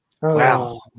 Wow